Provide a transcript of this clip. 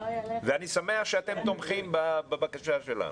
אני שמח שאתם תומכים בבקשה שלנו.